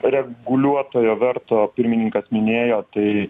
reguliuotojo verto pirmininkas minėjo tai